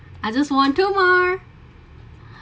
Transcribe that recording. I just want to mah